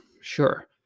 Sure